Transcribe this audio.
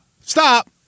stop